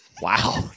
Wow